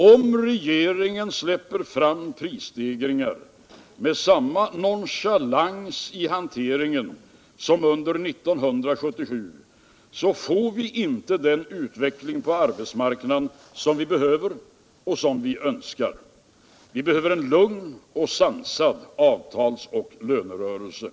Om regeringen släpper fram prisstegringar med samma nonchalans ihanteringen som under 1977 får vi inte den utveckling på arbetsmarknaden som vi behöver och som vi önskar. Vi behöver en lugn och sansad avtalsoch lönerörelse.